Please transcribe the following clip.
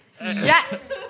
Yes